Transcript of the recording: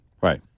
Right